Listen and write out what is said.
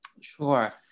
Sure